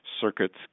circuits